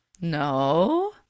No